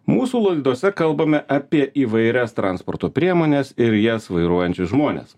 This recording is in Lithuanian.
mūsų laidose kalbame apie įvairias transporto priemones ir jas vairuojančius žmones